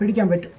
hundred